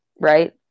right